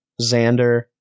Xander